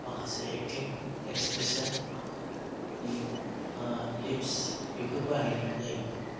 माखासे acting expression lips बिफोर बाहायनायाव जाहैबाय